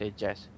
jazz